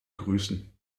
grüßen